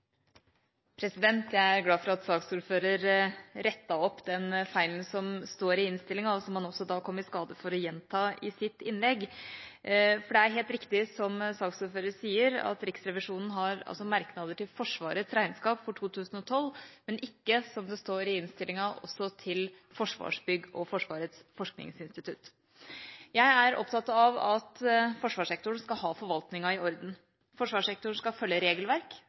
det. Jeg er glad for at saksordføreren rettet opp den feilen som står i innstillingen, og som han også kom i skade for å gjenta i sitt innlegg. For det er helt riktig som saksordføreren sier, at Riksrevisjonen har merknader til Forsvarets regnskap for 2012, men ikke, som det står i innstillingen, også til Forsvarsbygg og Forsvarets forskningsinstitutt. Jeg er opptatt av at forsvarssektoren skal ha forvaltningen i orden. Forsvarssektoren skal følge regelverk,